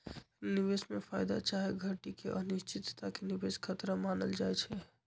निवेश में फयदा चाहे घटि के अनिश्चितता के निवेश खतरा मानल जाइ छइ